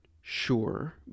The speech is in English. sure